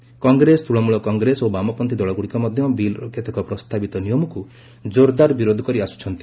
ସେହିଭଳି କଂଗ୍ରେସ ତୃଣମୂଳକଂଗ୍ରେସ ଓ ବାମପନ୍ଥୀ ଦଳଗୁଡ଼ିକ ମଧ୍ୟ ବିଲ୍ର କେତେକ ପ୍ରସ୍ତାବିତ ନିୟମକୁ ଜୋରଦାର ବିରୋଧ କରିଆସ୍କଚ୍ଚନ୍ତି